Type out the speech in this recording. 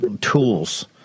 tools